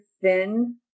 thin